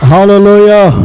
Hallelujah